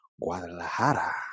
guadalajara